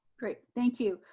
great, thank you.